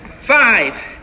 Five